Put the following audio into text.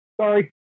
sorry